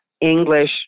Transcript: English